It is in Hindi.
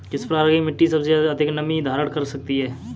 किस प्रकार की मिट्टी सबसे अधिक नमी धारण कर सकती है?